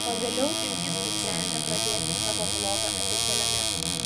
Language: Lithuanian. pagaliau ir jis nusprendė pradėti savo vlogą apie keliones